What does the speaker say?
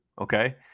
Okay